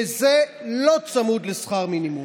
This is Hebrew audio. וזה לא צמוד לשכר מינימום.